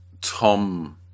Tom